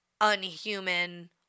unhuman